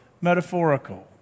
metaphorical